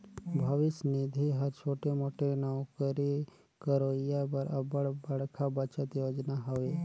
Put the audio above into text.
भविस निधि हर छोटे मोटे नउकरी करोइया बर अब्बड़ बड़खा बचत योजना हवे